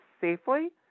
safely